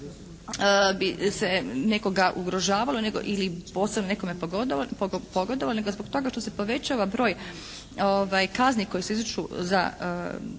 bi se nekoga ugrožavalo ili posebno nekome pogodovalo nego zbog toga što se povećava broj kazni koje se izriču do